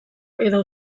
edo